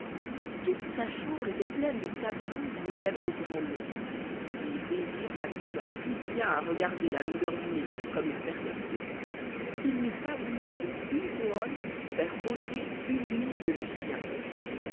toute sa chambre était pleine de tableaux où il y avait de grands nez et désir s'accoutuma si bien à regarder la longueur du nez comme une perfection qu'il n'eût pas voulu pour une couronne faire ôter une ligne du sien